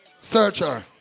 Searcher